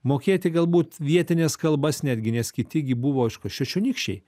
mokėti galbūt vietines kalbas netgi nes kiti gi buvo aišku šešionykščiai